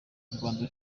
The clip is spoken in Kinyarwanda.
rwanda